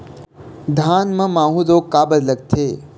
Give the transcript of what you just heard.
धान म माहू रोग काबर लगथे?